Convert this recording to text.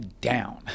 down